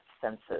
senses